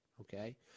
Okay